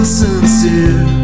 sincere